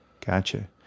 Gotcha